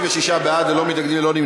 (דירות)